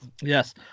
Yes